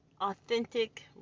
Authentic